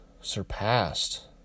surpassed